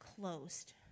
closed